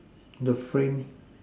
the frame